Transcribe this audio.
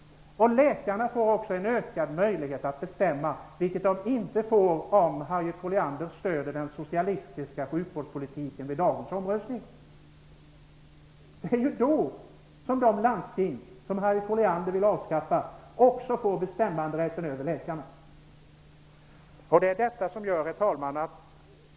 Läkarna får också ökad möjlighet att bestämma, vilket de inte får om Harriet Colliander vid dagens omröstning stöder den socialistiska sjukvårdspolitiken. Det är då som de landsting som Harriet Colliander vill avskaffa också får bestämmanderätten över läkarna.